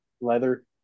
leather